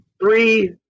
three